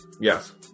Yes